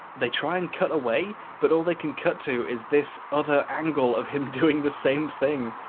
they try and cut away but all they can cut to is this other angle of him doing the same thing.